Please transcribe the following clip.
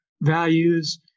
values